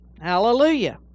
hallelujah